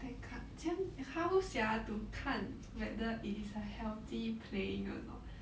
then 看怎样 how sia how to 看 whether it is a healthy playing or not